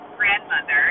grandmother